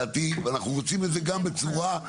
ואנחנו רוצים את זה גם בצורה,